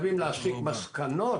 משעה